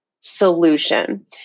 solution